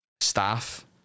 staff